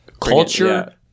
Culture